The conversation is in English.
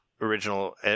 original